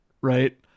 right